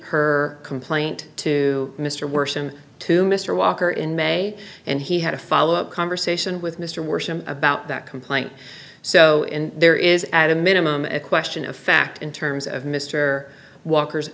her complaint to mr worsen to mr walker in may and he had a follow up conversation with mr worsham about that complaint so there is at a minimum a question of fact in terms of mr walker